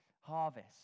harvest